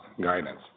guidance